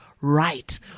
right